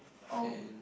oh